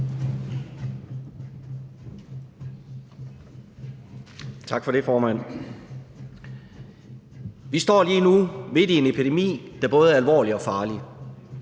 Vi står lige nu midt i en epidemi, der både er alvorlig og farlig.